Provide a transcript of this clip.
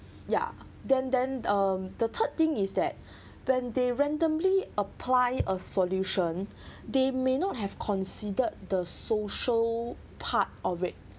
ya then then um the third thing is that when they randomly apply a solution they may not have considered the social part of it